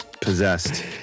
possessed